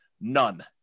None